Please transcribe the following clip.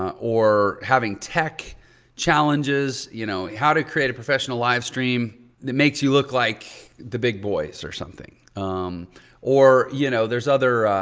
ah or having tech challenges. you know, how to create a professional live stream that makes you look like the big boys or something or, you know, there's other